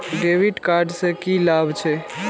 डेविट कार्ड से की लाभ छै?